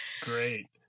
Great